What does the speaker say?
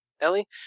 ellie